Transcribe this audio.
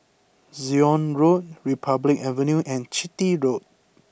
Zion Road Republic Avenue and Chitty Road